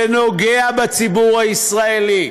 זה נוגע בציבור הישראלי,